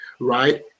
right